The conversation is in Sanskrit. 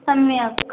सम्यक्